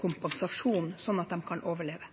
kompensasjon, slik at de kan overleve?